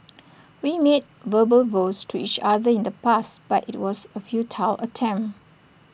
we made verbal vows to each other in the past but IT was A futile attempt